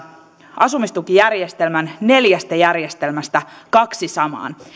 asumistukijärjestelmän neljästä järjestelmästä kaksi samaan